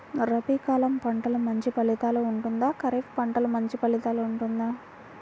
రబీ కాలం పంటలు మంచి ఫలితాలు ఉంటుందా? ఖరీఫ్ పంటలు మంచి ఫలితాలు ఉంటుందా?